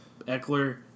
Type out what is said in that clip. Eckler